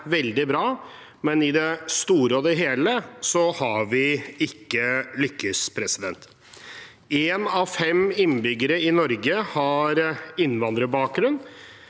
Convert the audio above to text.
veldig bra, men i det store og det hele har vi ikke lykkes. Én av fem innbyggere i Norge har innvandrerbakgrunn,